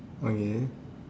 okay